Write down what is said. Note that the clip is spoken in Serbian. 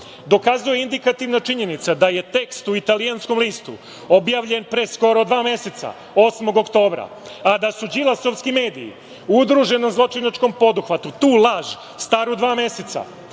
dokazuje indikativna činjenica da je tekst u italijanskom listu objavljen pre skoro dva meseca, 8. oktobra, a da su Đilasovski mediji u udruženom zločinačkom poduhvatu tu laž, staru dva meseca,